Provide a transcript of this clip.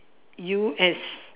U S